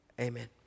Amen